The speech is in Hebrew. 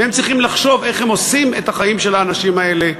והם צריכים לחשוב איך הם עושים את החיים של האנשים האלה,